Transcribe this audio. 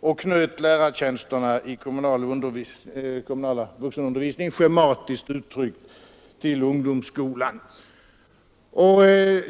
och knöt lärartjänsterna i den kommunala vuxenundervisningen, schematiskt uttryckt, till ungdomsskolan.